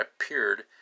appeared